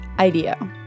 IDEO